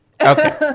Okay